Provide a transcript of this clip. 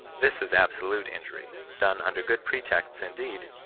this is absolute injury, done under good pretexts indeed,